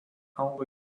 auga